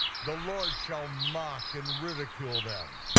the lord shall mock and ridicule them.